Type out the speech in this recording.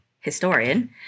historian